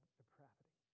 depravity